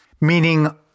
meaning